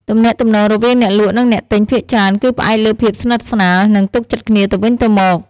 ទំនាក់ទំនងរវាងអ្នកលក់និងអ្នកទិញភាគច្រើនគឺផ្អែកលើភាពស្និទ្ធស្នាល និងទុកចិត្តគ្នាទៅវិញទៅមក។